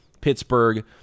Pittsburgh